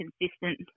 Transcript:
consistent